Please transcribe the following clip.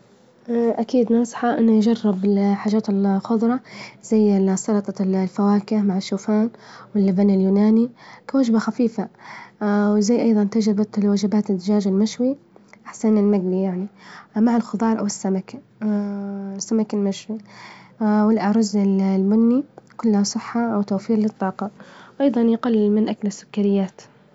أكيد ننصحه إنه يجرب الحاجات الخظرة، زي سلطة الفواكه مع الشوفان، واللبن اليوناني كوجبة خفيفة، زي أيظا تجربة وجبات الدجاج المشوي أحسن من المجلي مع الخظار، أوالسمك السمك المشوي، والأرز البني كلها صحة وتوفير للطاجة، أيظا يجل من أكل السكريات.